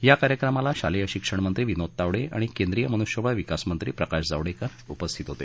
या कार्यक्रमाला शालेय शिक्षणमंत्री विनोद तावडे आणि केंद्रीय मनुष्यबळ विकास मंत्री प्रकाश जावडेकर उपस्थित होते